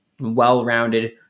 Well-rounded